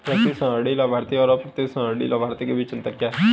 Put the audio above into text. प्रतिसंहरणीय लाभार्थी और अप्रतिसंहरणीय लाभार्थी के बीच क्या अंतर है?